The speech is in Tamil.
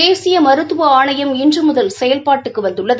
தேசிய மருத்துவ ஆணையம் இன்று முதல் செயல்பாட்டுக்கு வந்துள்ளது